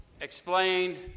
explained